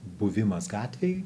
buvimas gatvėj